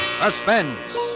Suspense